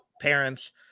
parents